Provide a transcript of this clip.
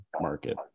Market